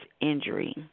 injury